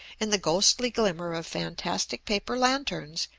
in the ghostly glimmer of fantastic paper lanterns,